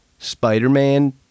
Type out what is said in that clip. Spider-Man